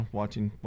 watching